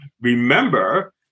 remember